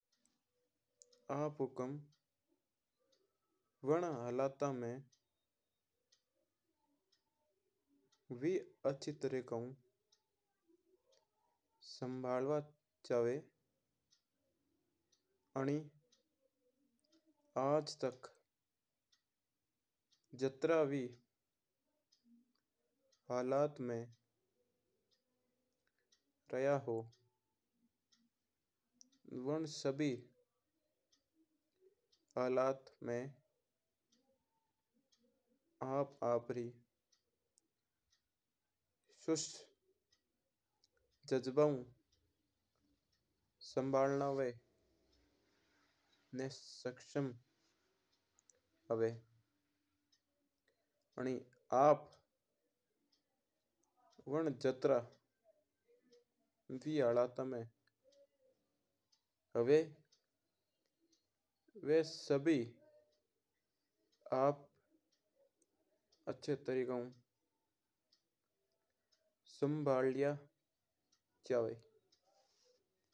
देखो सा हुकम आप वणा हालत में भी अच्छी तरिका आऊ संभाल वा चवा। आज तक यात्रा भी हालत में गया हूं वणं सभी हालत में आप आपकी जाचबा संभालवा में सक्षम हुआ आनी। आप वणं यात्रा वी हालत में हुआ वा सभी आप अच्छी तरीका ओ संभाल पावा।